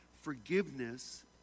forgiveness